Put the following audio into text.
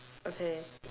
okay